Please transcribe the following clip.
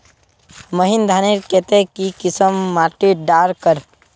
महीन धानेर केते की किसम माटी डार कर?